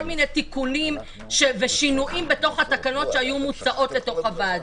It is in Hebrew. מיני תיקונים ושינויים בתקנות שהיו מוצעות בוועדה.